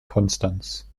konstanz